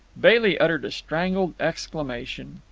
bailey uttered a strangled exclamation.